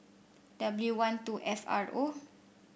W one two F R O